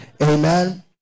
amen